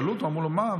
אמרו לו: מה,